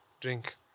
Drink